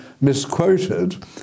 misquoted